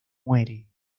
muere